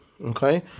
okay